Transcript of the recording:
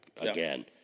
again